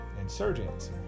insurgents